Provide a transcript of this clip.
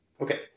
Okay